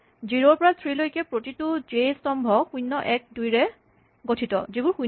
zero ৰ পৰা three লৈকে প্ৰতিটো শাৰী জে স্তম্ভ ০ ১ ২ ৰে গঠিত যিবোৰ শূণ্য